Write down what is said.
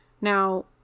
Now